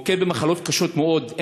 מוכה במחלות קשות מאוד,